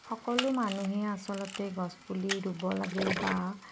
সকলো মানুহেই আচলতে গছপুলি ৰুব লাগে বা